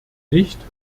nicht